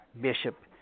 bishop